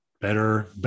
better